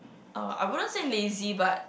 uh I wouldn't say lazy but